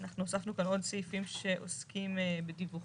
אנחנו הוספנו כאן עוד סעיפים שעוסקים בדיווחים,